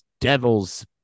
Devils